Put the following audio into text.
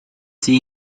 see